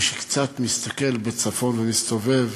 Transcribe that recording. שקצת מסתכל בצפון ומסתובב